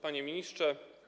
Panie Ministrze!